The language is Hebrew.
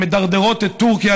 שמדרדרות את טורקיה,